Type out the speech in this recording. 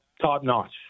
top-notch